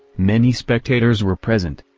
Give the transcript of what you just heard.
many spectators were present.